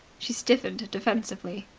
she stiffened defensively.